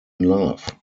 love